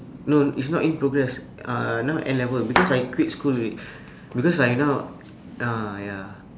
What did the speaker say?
no it's not in progress uh now N-level because I quit school already because I now ah ya